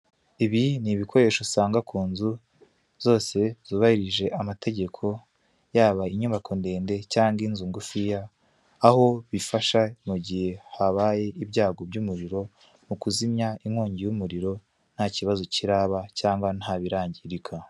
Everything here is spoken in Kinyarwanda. Ibi ni ibikoresho usanga ku nzu zose zubahirije amategeko, yaba inyubako ndende cyangwa inzu ngufi aho bifasha mu gihe habaye ibyago by'umuriro, mu kuzimya inkongi y'umuriro nta kibazo kiraba cyangwa nta birangirika.